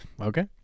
Okay